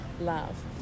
love